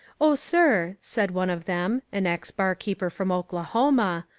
oh, sir, said one of them, an ex-barkeeper from oklahoma,